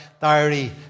diary